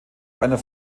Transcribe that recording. einer